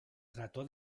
trató